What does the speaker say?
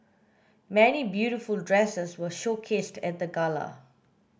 many beautiful dresses were showcased at the gala